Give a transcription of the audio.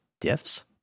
diffs